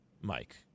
Mike